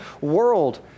world